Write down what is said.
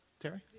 Terry